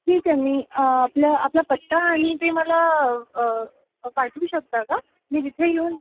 ठीक आहे मी आपलं आपला पत्ता आणि ते मला अ पाठवू शकता का मी तिथे येऊन